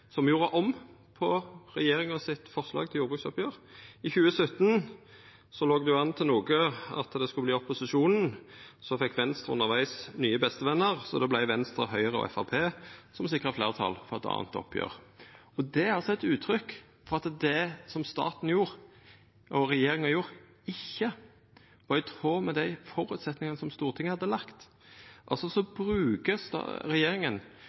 som gjorde om på regjeringa sitt forslag til jordbruksoppgjer. I 2017 låg det an til at det skulle verta opposisjonen, men så fekk Venstre undervegs nye bestevenner, så det vart Venstre, Høgre og Framstegspartiet som sikra fleirtal for eit anna oppgjer. Det er eit uttrykk for at det regjeringa gjorde, ikkje var i tråd med dei føresetnadene som Stortinget hadde lagt. Regjeringa bruker altså